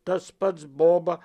tas pats boba